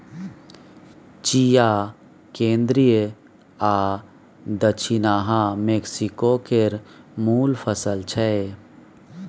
चिया केंद्रीय आ दछिनाहा मैक्सिको केर मुल फसल छै